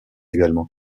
également